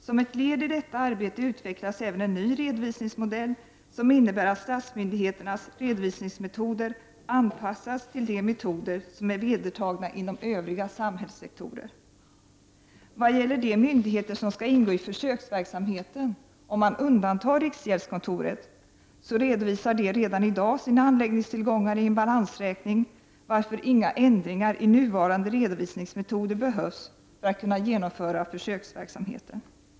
Som ett led i detta arbete utvecklas även en ny redovisningsmodell, som innebär att statsmyndigheternas redovisningsmetoder anpassas till de metoder som är vedertagna inom övriga samhällssektorer. Vad gäller de myndigheter som skall ingå i försöksverksamheten, om man undantar riksgäldskontoret, redovisar de redan i dag sina anläggningstillgångar i en balansräkning, varför inga ändringar i nuvarande redovisningsmetoder behövs för att genomföra försöksverksamheten.